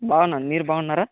బాగున్నాను మీరు బాగున్నారా